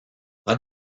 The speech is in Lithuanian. pat